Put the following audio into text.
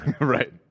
Right